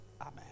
amen